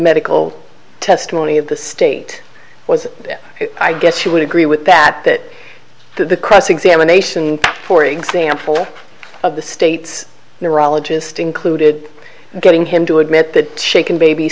medical testimony of the state was i guess you would agree with that that the cross examination for example of the state's neurologist included getting him to admit that shaken baby